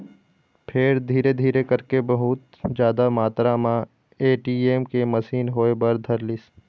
फेर धीरे धीरे करके बहुत जादा मातरा म ए.टी.एम के मसीन होय बर धरलिस